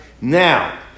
Now